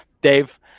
dave